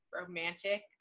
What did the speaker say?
romantic